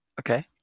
Okay